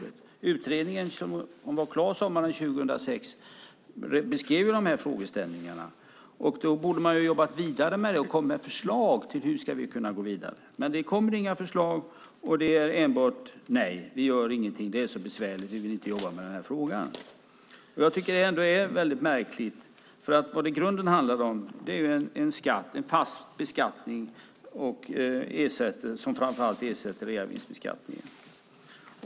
Den utredning som var klar sommaren 2006 beskrev dessa frågeställningar. Man borde ha jobbat vidare med dem och kommit med förslag till hur vi ska kunna gå vidare. Det kommer dock inga förslag. Det kommer enbart nej, vi gör ingenting, det är så besvärligt, vi vill inte jobba med den här frågan. Jag tycker att det är märkligt, för i grunden handlar det om en skatt, en fast beskattning, som framför allt ersätter reavinstbeskattningen.